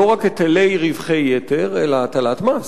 לא רק היטלי רווחי יתר, אלא הטלת מס